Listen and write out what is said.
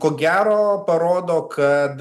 ko gero parodo kad